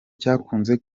cyakunze